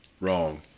Wrong